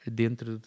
dentro